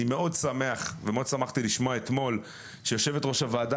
אני מאוד שמח ומאוד שמחתי לשמוע אתמול שיושבת ראש הוועדה